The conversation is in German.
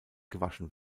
gewaschen